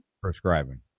prescribing